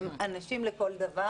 אבל הם אנשים לכל דבר